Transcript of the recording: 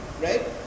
right